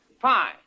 Fine